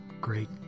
Great